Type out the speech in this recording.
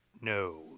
No